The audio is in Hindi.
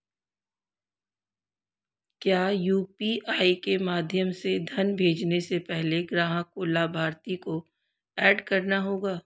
क्या यू.पी.आई के माध्यम से धन भेजने से पहले ग्राहक को लाभार्थी को एड करना होगा?